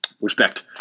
Respect